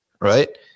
right